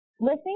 listening